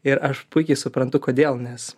ir aš puikiai suprantu kodėl nes